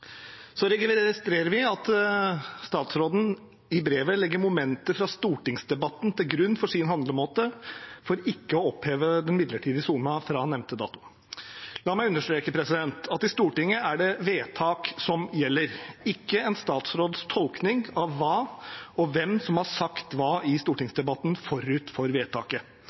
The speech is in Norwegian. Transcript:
Så registrerer vi at statsråden i brevet legger momenter fra stortingsdebatten til grunn for sin handlemåte for ikke å oppheve den midlertidige sonen fra nevnte dato. La meg understreke at i Stortinget er det vedtak som gjelder, ikke en statsråds tolkning av hva og hvem som har sagt hva i stortingsdebatten forut for vedtaket.